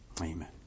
Amen